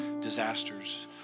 disasters